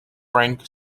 frank